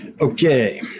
Okay